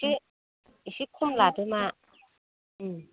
एसे एसे खम लादोमा